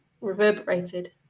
reverberated